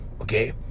okay